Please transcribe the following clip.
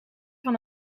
van